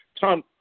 Tom